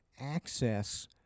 access